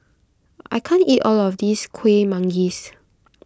I can't eat all of this Kuih Manggis